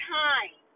time